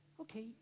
Okay